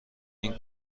این